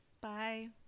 Bye